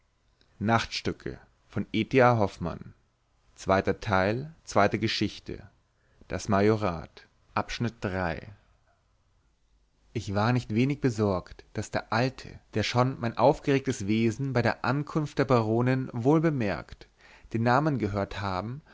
ich war nicht wenig besorgt daß der alte der schon mein aufgeregtes wesen bei der ankunft der baronin wohl bemerkt den namen gehört haben